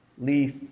leaf